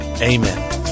amen